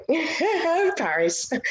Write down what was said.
Paris